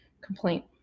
complaint